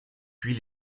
puis